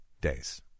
days